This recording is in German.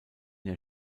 jahr